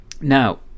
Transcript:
Now